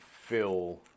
fill